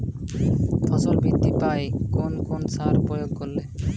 ফসল বৃদ্ধি পায় কোন কোন সার প্রয়োগ করলে?